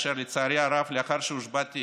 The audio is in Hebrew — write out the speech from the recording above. אשר לצערי הרב לאחר שהושבעתי